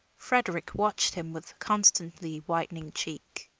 frederick watched him with constantly whitening cheek.